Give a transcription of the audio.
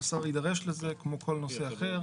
השר יידרש לזה כמו כל נושא אחר.